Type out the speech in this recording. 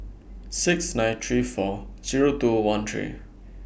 six nine three four Zero two one three